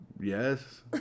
Yes